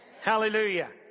Hallelujah